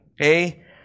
okay